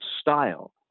style